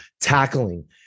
tackling